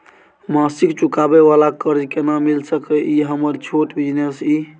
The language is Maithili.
मासिक चुकाबै वाला कर्ज केना मिल सकै इ हमर छोट बिजनेस इ?